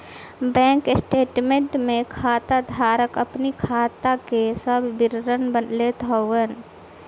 bank statement में खाता धारक अपनी खाता के सब विवरण लेत हवे